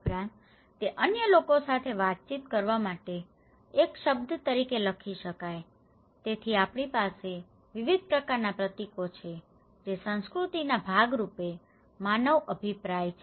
ઉપરાંત તે અન્ય લોકો સાથે વાતચીત કરવા માટે એક શબ્દ તરીકે લખી શકાય છે તેથી આપણી પાસે વિવિધ પ્રકારનાં પ્રતીકો છે કે જે સંસ્કૃતિના ભાગ રૂપે માનવ અભિપ્રાય છે